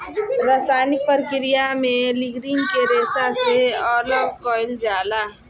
रासायनिक प्रक्रिया में लीग्रीन के रेशा से अलग कईल जाला